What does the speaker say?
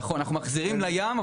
נכון, אנחנו מחזירים לים.